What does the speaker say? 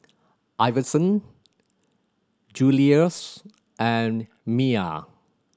Iverson Julious and Miah